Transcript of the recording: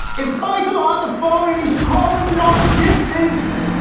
it's my go on the phone and he's calling long distance,